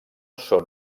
són